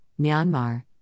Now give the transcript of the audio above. Myanmar